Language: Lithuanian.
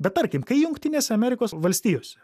bet tarkim kai jungtinėse amerikos valstijose